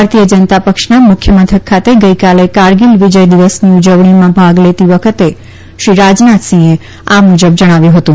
ભારતીય જનતા પક્ષના મુખ્ય મથક ખાતે ગઈ કાલે કારગીલ વિજય દિવસની ઉજવણીમાં ભાગ લેતી વખતે શ્રી રાજનાથસિંહે આ મુજબ જણાવ્યું હતું